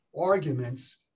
arguments